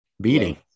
beating